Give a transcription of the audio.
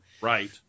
Right